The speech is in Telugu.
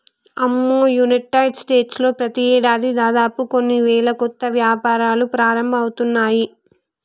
అమ్మో యునైటెడ్ స్టేట్స్ లో ప్రతి ఏడాది దాదాపు కొన్ని వేల కొత్త వ్యాపారాలు ప్రారంభమవుతున్నాయి